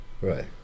right